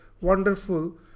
wonderful